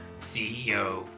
CEO